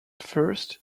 first